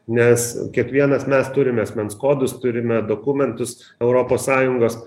nes kiekvienas mes turime asmens kodus turime dokumentus europos sąjungos